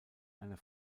einer